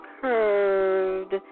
curved